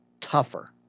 tougher